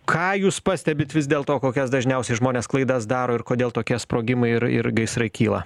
ką jūs pastebit vis dėl to kokias dažniausiai žmonės klaidas daro ir kodėl tokie sprogimai ir ir gaisrai kyla